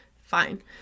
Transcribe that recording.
Fine